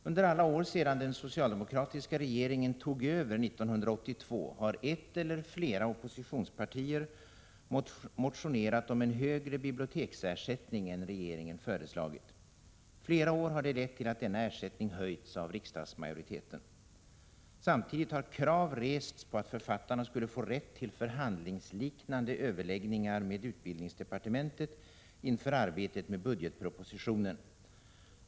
Under alla år sedan den socialdemokratiska regeringen tog över 1982 har ett eller flera oppositionspartier motionerat om en högre biblioteksersättning än regeringen föreslagit. Flera år har det lett till att denna ersättning höjts av riksdagsmajoriteten. Samtidigt har krav rests på att författarna skulle få rätt till förhandlingsliknande överläggningar med utbildningsdepartementet inför arbetet med budgetpropositionen.